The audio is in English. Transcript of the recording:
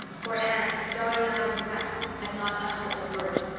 for anne, starry eyed and rapt, had not uttered a word.